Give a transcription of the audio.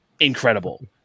incredible